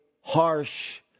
harsh